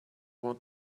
want